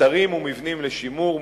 אתרים ומבנים לשימור,